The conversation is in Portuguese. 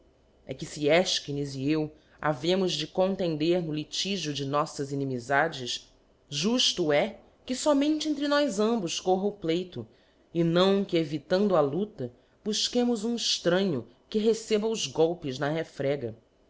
é que fe efchines e eu havemos de contender no litigio de nolfas ininnifades jufto é que fomente entre nós ambos corra o pleito e não que evitando a luda bufquemo um extranho que receba os golpes na refrega